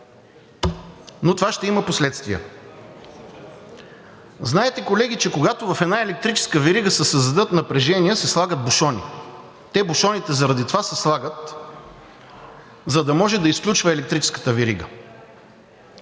Но това ще има последствия. Знаете, колеги, че когато в една електрическа верига се създадат напрежения, се слагат бушони. Бушоните заради това се слагат, за да може да изключва електрическата верига.